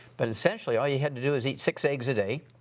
but essentially all you had to do was eat six eggs a day